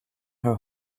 her